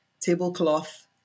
tablecloth